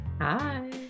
Hi